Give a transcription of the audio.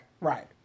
Right